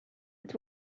het